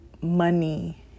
money